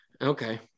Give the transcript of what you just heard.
Okay